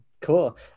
Cool